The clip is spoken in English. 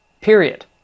period